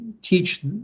teach